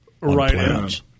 Right